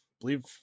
believe